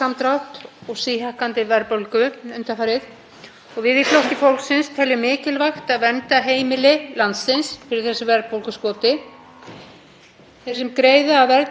Þeir sem greiða af verðtryggðum lánum og húsaleigu eru viðkvæmust í þessu ástandi. Það hlýtur að þurfa að verja þessa viðkvæmu hópa